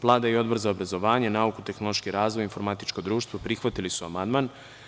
Vlada i Odbor za obrazovanje, nauku, tehnološki razvoj, informatičko društvo, prihvatili su amandman.